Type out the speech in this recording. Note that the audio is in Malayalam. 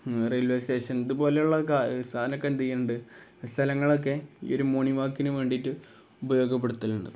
റെയിൽവേ സ്റ്റേഷൻ ഇതുപോലെയുള്ള സാധനമൊക്കെ എന്തെയ്യ്ണ്ട് സ്ഥലങ്ങളൊക്കെ ഈ ഒരു മോണിംഗ് വാക്കിനു വേണ്ടിയിട്ട് ഉപയോഗപ്പെടുത്തലുണ്ട്